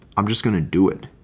i'm just going to do it.